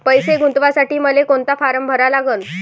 पैसे गुंतवासाठी मले कोंता फारम भरा लागन?